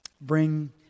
Bring